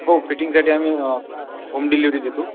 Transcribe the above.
हो फिटींगसाठी आम्ही होम डिल्लेवरी देतो